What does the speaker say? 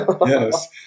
yes